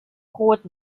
brot